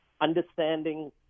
understanding